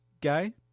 guy